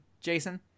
Jason